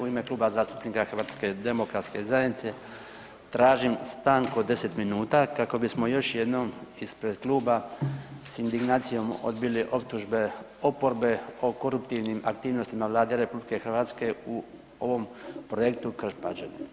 U ime Kluba zastupnika HDZ-a tražim stanku od 10 minuta kako bismo još jednom ispred kluba s indignacijom odbili optužbe oporbe o koruptivnim aktivnostima Vlade RH u ovom projektu Krš-Pađene.